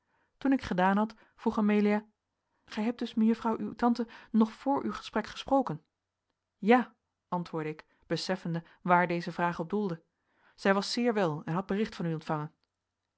toen ik gedaan had vroeg amelia gij hebt dus mejuffrouw uw tante nog vr uw vertrek gesproken ja antwoordde ik beseffende waar deze vraag op doelde zij was zeer wel en had bericht van u ontvangen